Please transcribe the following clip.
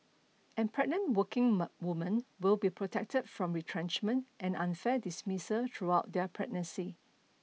and pregnant working women will be protected from retrenchment and unfair dismissal throughout their pregnancy